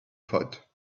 thought